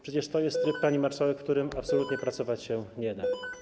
Przecież to jest tryb, pani marszałek, w którym absolutnie pracować się nie da.